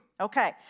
okay